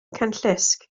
cenllysg